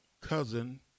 cousin